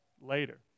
later